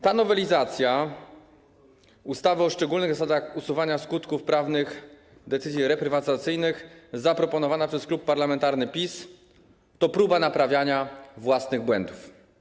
Ta nowelizacja ustawy o szczególnych zasadach usuwania skutków prawnych decyzji reprywatyzacyjnych zaproponowana przez Klub Parlamentarny PiS to próba naprawiania własnych błędów.